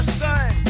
sun